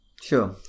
Sure